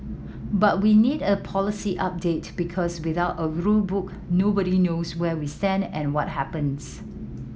but we need a policy update because without a rule book nobody knows where we stand and what happens